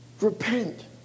Repent